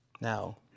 now